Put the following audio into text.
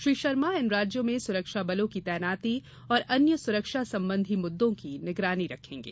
श्री शर्मा इन राज्यों में सुरक्षाबलों की तैनाती और अन्य सुरक्षा संबंधी मुद्दों की निगरानी रखेंगे